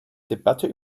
debatte